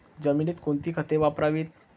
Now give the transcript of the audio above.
जमिनीत कोणती खते वापरावीत?